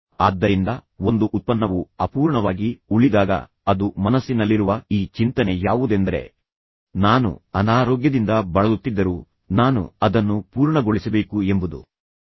ಆದ್ದರಿಂದ ಒಂದು ಉತ್ಪನ್ನವು ಅಪೂರ್ಣವಾಗಿ ಅಪೂರ್ಣವಾಗಿ ಉಳಿದಾಗ ಅದು ಮನಸ್ಸಿನಲ್ಲಿರುವ ಈ ಚಿಂತನೆ ಯಾವುದೆಂದರೆ ನಾನು ಅನಾರೋಗ್ಯದಿಂದ ಬಳಲುತ್ತಿದ್ದರೂ ನಾನು ಅದನ್ನು ಪೂರ್ಣಗೊಳಿಸಬೇಕು ನಾನು ಅದನ್ನು ಪೂರ್ಣಗೊಳಿಸಬೇಕು ಎಂಬುದು